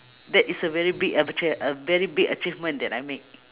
that is a very big ach~ a very big achievement that I make